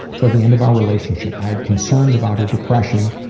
toward the end of our relationship, i had concerns about her depression,